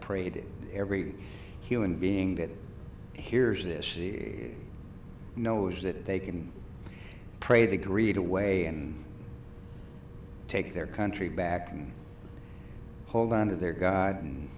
prayed every human being that hears this knows that they can pray the greed away and take their country back and hold on to their god and